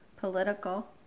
political